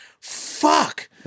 Fuck